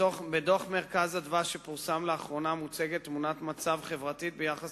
בדוח "מרכז אדוה" שפורסם לאחרונה מוצגת תמונת מצב חברתית ביחס